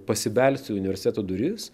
pasibelsti į universiteto duris